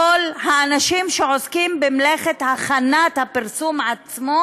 כל האנשים שעוסקים במלאכת הכנת הפרסום עצמו,